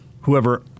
Whoever